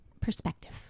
perspective